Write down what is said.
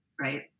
right